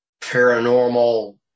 paranormal